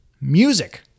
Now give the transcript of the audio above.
music